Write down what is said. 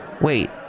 Wait